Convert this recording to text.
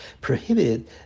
prohibited